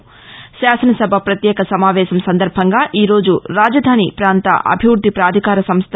శాసనసభ పత్యేక సమావేశం సందర్భంగా ఈ రోజు రాజధాని పాంత అభివృద్ది పాధికార సంస్ట